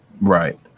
Right